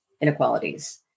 inequalities